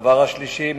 הדבר השלישי,